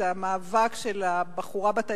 זה המאבק של הבחורה בת ה-27,